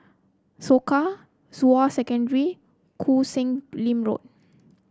Soka Zhonghua Secondary Koh Sek Lim Road